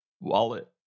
wallet